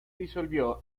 disolvió